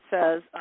says